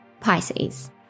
Pisces